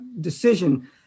decision